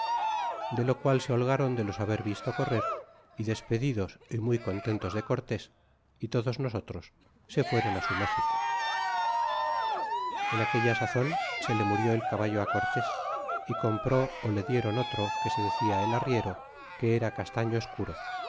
de lo qual se holgron de los haber visto correr y despedidos y muy contentos de cortes y todos nosotros se fuéron á su méxico en aquella sazon se le murió el caballo cortés y compró ó le diéron otro que se decia el arriero que era castaño escuro